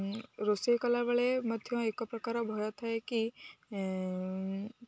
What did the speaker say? ରୋଷେଇ କଲାବେଳେ ମଧ୍ୟ ଏକ ପ୍ରକାର ଭୟ ଥାଏ କି